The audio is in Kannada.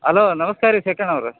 ಹಲೋ ನಮಸ್ಕಾರ ರೀ